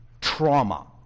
trauma